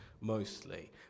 mostly